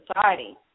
society